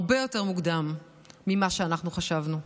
הרבה יותר מוקדם ממה שאנחנו חשבנו.